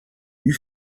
you